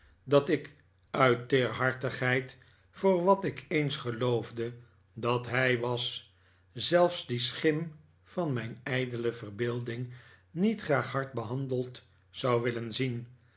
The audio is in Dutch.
dat ik uit teerhartigheid voor wat ik eens geloofde dat hij was zelfs die schim van mijn ijdele verbeelding niet graag hard behandeld zou willen zien